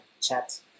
chat